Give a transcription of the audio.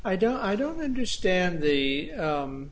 i don't i don't understand the